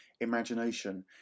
imagination